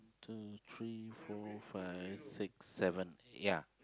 two three four five six seven ya